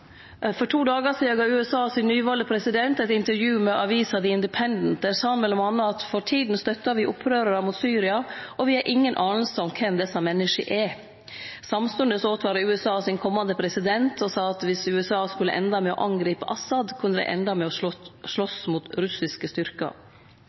For to dagar sidan gav USAs nyvalde president eit intervju med avisa The Independent. Der sa han m.a.: For tida støttar me opprørarar mot Syria, og me har inga aning om kven desse menneska er. Samstundes åtvara USAs komande president og sa at viss USA skulle ende med å angripe Assad, kunne dei ende med å